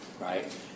right